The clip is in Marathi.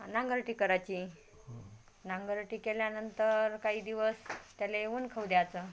नांगरट करायची नांगरट केल्यानंतर काही दिवस त्याला ऊन खाऊ द्यायचं